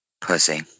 Pussy